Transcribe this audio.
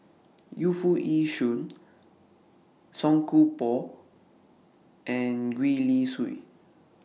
Yu Foo Yee Shoon Song Koon Poh and Gwee Li Sui